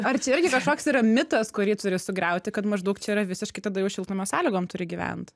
ar čia irgi kažkoks yra mitas kurį turi sugriauti kad maždaug čia yra visiškai tada jau šiltnamio sąlygom turi gyvent